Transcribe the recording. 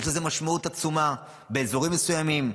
יש לזה משמעות עצומה באזורים מסוימים.